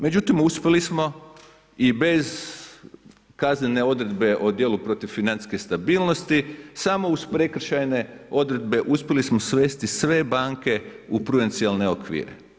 Međutim, uspjeli smo i bez kaznene odredbe o djelu protiv financijske stabilnosti, samo uz prekršajne odredbe, uspjeli smo svesti sve banke u prudencijalne okvire.